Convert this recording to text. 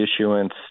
issuance